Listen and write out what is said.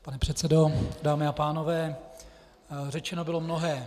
Pane předsedo, dámy a pánové, řečeno bylo mnohé.